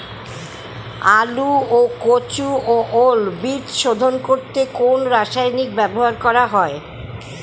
আলু ও কচু ও ওল বীজ শোধন করতে কোন রাসায়নিক ব্যবহার করা হয়?